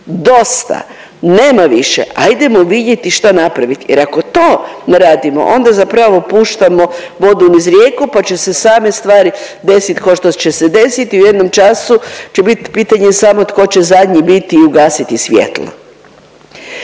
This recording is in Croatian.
dosta, nema više, ajdemo vidjeti što napraviti jer ako to ne radimo onda zapravo puštamo vodu niz rijeku, pa će se same stvari desiti košto će se desiti i u jednom času će bit pitanje samo tko će zadnji biti i ugasiti svjetlo.